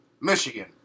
Michigan